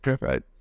right